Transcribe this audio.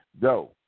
go